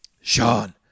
Sean